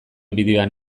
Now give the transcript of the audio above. bideoan